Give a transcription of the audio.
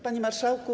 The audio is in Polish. Panie Marszałku!